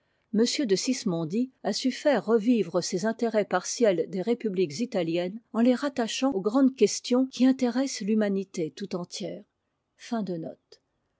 m de sismondi a su faire revivre ces mtërets partiels des republiques italiennes en les rattachant aux grandes questions qui intéressent l'humanité tout entière